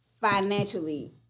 financially